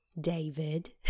David